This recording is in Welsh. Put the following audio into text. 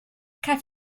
caiff